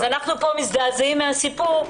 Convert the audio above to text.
ואנחנו פה מזדעזעים מהסיפור,